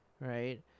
right